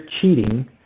cheating